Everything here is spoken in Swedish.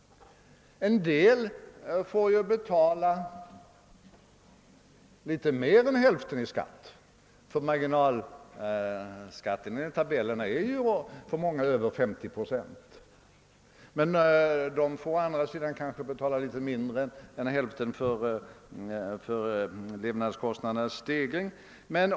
En del får betala litet mer än hälften i skatt, ty marginalskatten är enligt tabellerna för många över 50 procent — men de får kanske å andra sidan betala något mindre än hälften för levnadskostnadernas stegring.